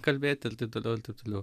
kalbėti ir taip toliau ir taip toliau